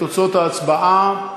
תוצאות ההצבעה: